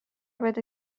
بده